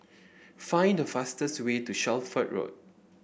find the fastest way to Shelford Road